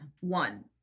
one